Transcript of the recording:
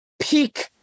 peak